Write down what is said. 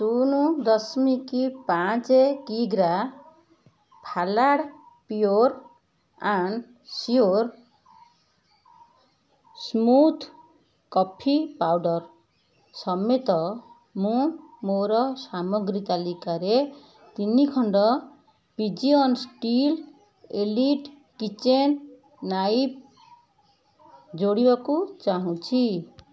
ଶୂନ ଦଶମିକ ପାଞ୍ଚ କିଗ୍ରା ଫାଲାଡ଼୍ pure and sure smooth coffee powder ସମେତ ମୁଁ ମୋର ସାମଗ୍ରୀ ତାଲିକାରେ ତିନି ଖଣ୍ଡ pigeon steel elite kitchen knife ଯୋଡ଼ିବାକୁ ଚାହୁଁଛି